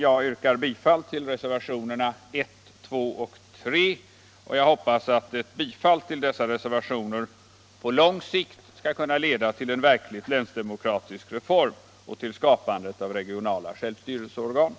Jag yrkar bifall till reservationerna 1, 2 och 3, och jag hoppas att ett bifall till dessa reservationer på lång sikt skall kunna leda till en verklig länsdemokratisk reform och till skapandet av regionala självstyrelseorgan.